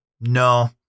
No